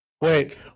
wait